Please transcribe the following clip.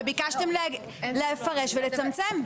וביקשתם לפרש ולצמצם.